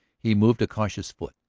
he moved a cautious foot.